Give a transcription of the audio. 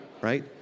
right